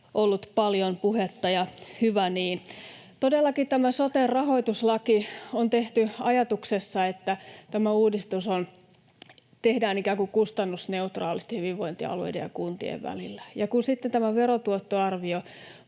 ollut paljon puhetta, ja hyvä niin. Todellakin tämä sote-rahoituslaki on tehty siinä ajatuksessa, että tämä uudistus tehdään ikään kuin kustannusneutraalisti hyvinvointialueiden ja kuntien välillä. Ja kun sitten tämä verotuottoarvio